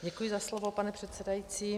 Děkuji za slovo, pane předsedající.